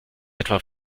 etwa